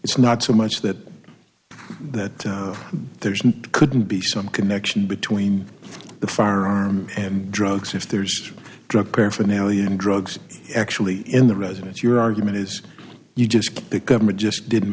it's not so much that that there's couldn't be some connection between the farm and drugs if there's drug paraphernalia and drugs actually in the residence your argument is you just the government just didn't